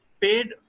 paid